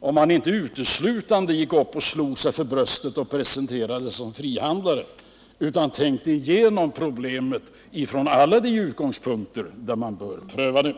om han inte uteslutande gick upp och slog sig för bröstet och presenterade sig som frihandlare utan tänkte igenom frågan från alla de utgångspunkter den bör prövas från.